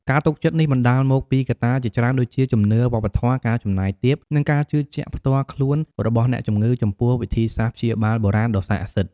ការទុកចិត្តនេះបណ្តាលមកពីកត្តាជាច្រើនដូចជា ជំនឿ វប្បធម៌ ការចំណាយទាប និងការជឿជាក់ផ្ទាល់ខ្លួនរបស់អ្នកជំងឺចំពោះវិធីសាស្ត្រព្យាបាលបុរាណដ៏ស័ក្តិសិទ្ធិ។